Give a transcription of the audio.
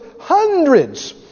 hundreds